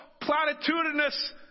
platitudinous